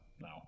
no